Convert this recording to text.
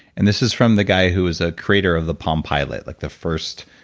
and this is from the guy who was a creator of the palmpilot. like the first,